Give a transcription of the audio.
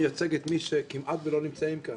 מייצג את מי שכמעט לא נמצאים כאן,